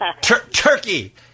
Turkey